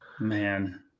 Man